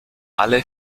alle